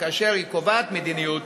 שכאשר היא קובעת מדיניות,